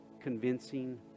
convincing